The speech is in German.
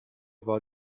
war